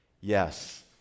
Yes